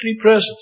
present